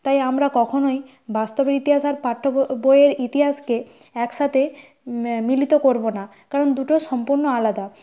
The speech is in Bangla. তাই আমরা কখনোই বাস্তবের ইতিহাস আর পাঠ্য বইয়ের ইতিহাসকে একসাথে মিলিত করব না কারণ দুটো সম্পূর্ণ আলাদা